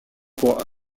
pour